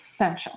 essential